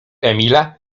emila